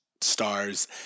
stars